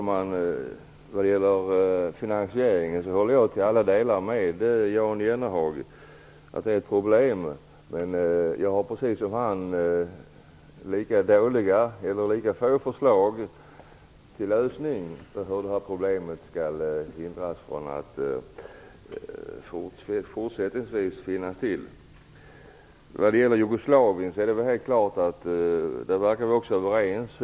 Herr talman! Jag håller till alla delar med Jan Jennehag om att det är ett problem med finansieringen. Jag har lika få förslag som han har om hur man skall få det här problemet att försvinna i framtiden. Vi verkar också vara överens när det gäller Jugoslavien.